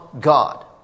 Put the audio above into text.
God